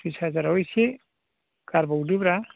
थ्रिस हाजाराव एसे गारबावदोब्रा